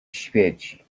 świeci